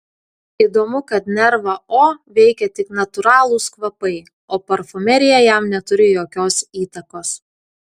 įdomu kad nervą o veikia tik natūralūs kvapai o parfumerija jam neturi jokios įtakos